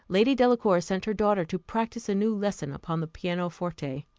lady delacour sent her daughter to practise a new lesson upon the piano forte.